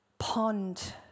pond